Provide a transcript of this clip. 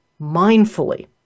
mindfully